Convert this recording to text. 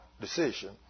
decision